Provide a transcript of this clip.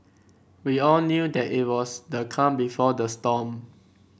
we all knew that it was the calm before the storm